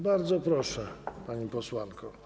Bardzo proszę, pani posłanko.